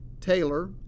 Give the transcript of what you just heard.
Taylor